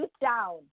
down